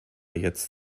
jetzt